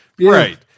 Right